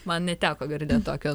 man neteko girdėt tokio